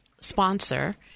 sponsor